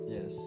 Yes